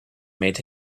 made